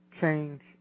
change